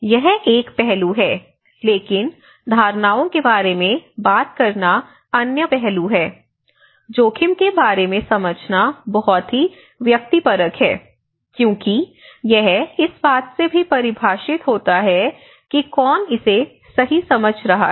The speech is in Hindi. यह एक पहलू है लेकिन धारणाओं के बारे में बात करना अन्य पहलू है जोखिम के बारे में समझना बहुत ही व्यक्तिपरक है क्योंकि यह इस बात से भी परिभाषित होता है कि कौन इसे सही समझ रहा है